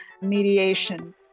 mediation